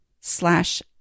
slash